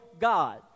God